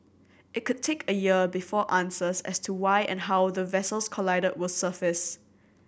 it could take a year before answers as to why and how the vessels collided were surface